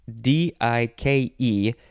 D-I-K-E